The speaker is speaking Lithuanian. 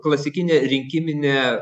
klasikinė rinkiminė